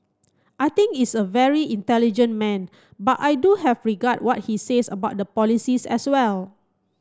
I think is a very intelligent man but I do have regard what he says about the polices as well